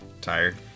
Tired